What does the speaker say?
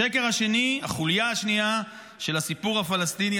את השקר השני, החוליה השנייה, של הסיפור הפלסטיני